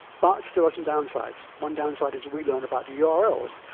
but there are some downsides. one downside is we learn about your urls.